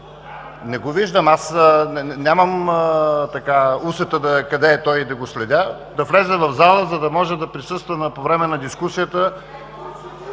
не го виждам, аз нямам усета за това къде е той и да го следя – да влезе в залата, за да може да присъства по време на дискусията.